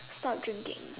stop drinking